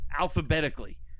alphabetically